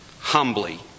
Humbly